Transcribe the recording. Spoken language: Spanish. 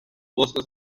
bosques